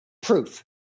proof